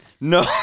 no